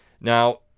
Now